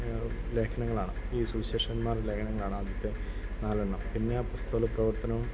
ലേഖനങ്ങളാണ് ഈ സുവിശേഷന്മാരുടെ ലേഘനങ്ങളാണ് ആദ്യത്തെ നാലെണ്ണം പിന്നെ അപ്പോസ്തല പ്രവർത്തനം